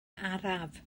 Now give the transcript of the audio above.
araf